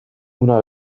una